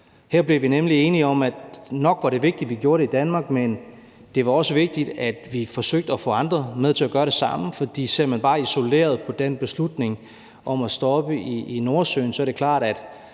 Her blev vi nemlig enige om, at nok var det vigtigt, at vi gjorde det i Danmark, men at det også var vigtigt, at vi forsøgte at få andre med til at gøre det samme, for ser man bare isoleret på den beslutning om at stoppe i Nordsøen, er det klart, at